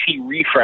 refresh